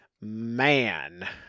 man